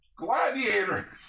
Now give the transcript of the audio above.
Gladiator